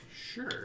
Sure